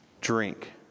drink